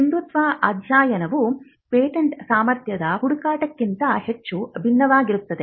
ಸಿಂಧುತ್ವ ಅಧ್ಯಯನವು ಪೇಟೆಂಟ್ ಸಾಮರ್ಥ್ಯದ ಹುಡುಕಾಟಕ್ಕಿಂತ ಹೆಚ್ಚು ಭಿನ್ನವಾಗಿದೆ